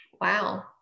Wow